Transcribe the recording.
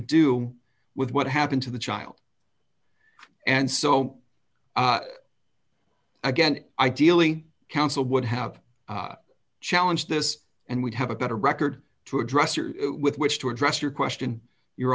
do with what happened to the child and so again ideally counsel would have challenge this and we'd have a better record to address or with which to address your question your